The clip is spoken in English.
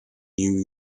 new